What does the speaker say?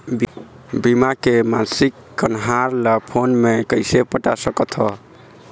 बीमा के मासिक कन्हार ला फ़ोन मे कइसे पता सकत ह?